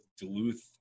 Duluth